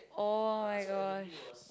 [oh]-my-gosh